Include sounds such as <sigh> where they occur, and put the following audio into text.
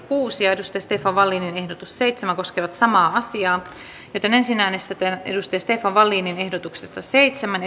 kuusi ja stefan wallinin ehdotus seitsemän koskevat samaa määrärahaa ensin äänestetään stefan wallinin ehdotuksesta seitsemän <unintelligible>